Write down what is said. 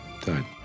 time